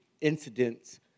incidents